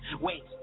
Wait